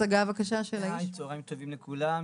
צוהריים טובים לכולם,